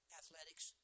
athletics